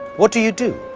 what do you do?